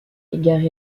égaré